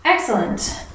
Excellent